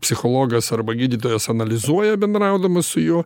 psichologas arba gydytojas analizuoja bendraudamas su juo